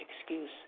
excuse